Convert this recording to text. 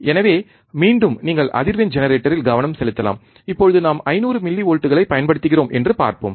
எனவே மீண்டும் நீங்கள் அதிர்வெண் ஜெனரேட்டரில் கவனம் செலுத்தலாம் இப்போது நாம் 500 மில்லிவோல்ட்களைப் பயன்படுத்துகிறோம் என்று பார்ப்போம்